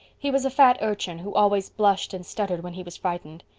he was a fat urchin who always blushed and stuttered when he was frightened.